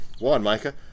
Winemaker